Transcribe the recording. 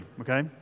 okay